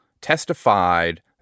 testified